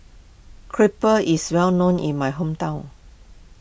Crepe is well known in my hometown